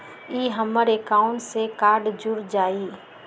ई हमर अकाउंट से कार्ड जुर जाई?